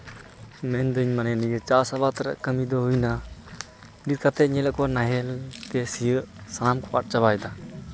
ᱢᱮᱱᱫᱟᱹᱧ ᱢᱟᱱᱮ ᱱᱤᱭᱟᱹ ᱪᱟᱥ ᱟᱵᱟᱫᱽ ᱨᱮᱭᱟᱜ ᱠᱟᱹᱢᱤ ᱫᱚ ᱦᱩᱭᱱᱟ ᱱᱤᱛ ᱠᱟᱛᱮᱫ ᱧᱮᱞᱮᱫ ᱠᱚᱣᱟ ᱱᱟᱦᱮᱞ ᱛᱮ ᱥᱤᱭᱳᱜ ᱥᱟᱱᱟᱢ ᱠᱚ ᱟᱫ ᱪᱟᱵᱟᱭᱫᱟ